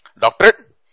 Doctorate